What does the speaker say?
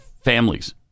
families